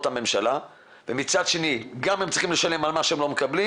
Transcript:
הממשלה ומצד השני גם הם צריכים לשלם על מה שהם לא מקבלים.